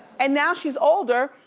and now she's older,